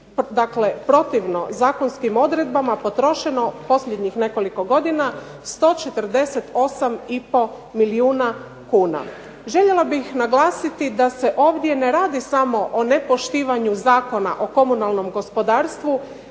protivno zakonskim odredbama potrošeno posljednjih nekoliko godina 148,5 milijuna kuna. Željela bih naglasiti da se ovdje ne radi samo o nepoštivanju Zakona o komunalnom gospodarstvu